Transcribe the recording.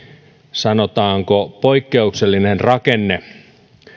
sanotaanko poikkeuksellinen rakenne